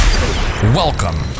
Welcome